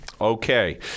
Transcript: Okay